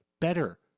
better